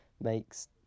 makes